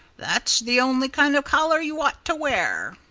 that's the only kind of collar you ought to wear.